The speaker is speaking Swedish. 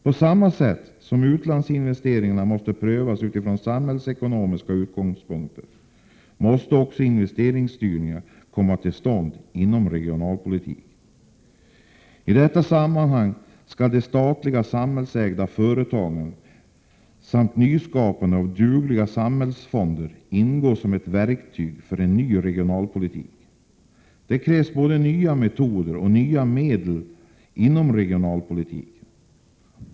På samma sätt som utlandsinvesteringarna måste prövas från samhällsekonomiska utgångspunkter måste en investeringsstyrning komma till stånd också inom regionalpolitiken. I detta sammanhang skall de statliga och samhällsägda företagen samt nyskapade och dugliga samhällsfonder ingå som verktyg för en ny regionalpolitik. Det krävs både nya metoder och nya medel inom regionalpolitiken.